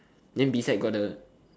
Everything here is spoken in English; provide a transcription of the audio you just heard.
then beside got the